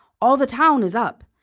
all the town is up.